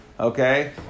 Okay